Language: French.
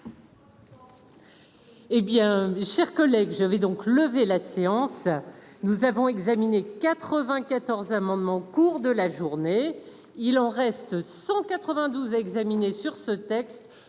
Eh bien, chers collègues, j'avais donc levé la séance. Nous avons examiné 94 amendements cours de la journée. Il en reste 192 examiner sur ce texte.